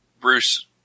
Bruce